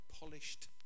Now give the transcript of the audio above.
polished